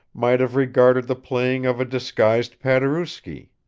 might have regarded the playing of a disguised paderewski.